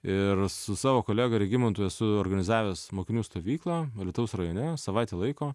ir su savo kolega regimantu esu organizavęs mokinių stovyklą alytaus rajone savaitė laiko